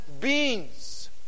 beings